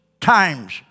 times